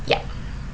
ya